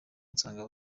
nsanga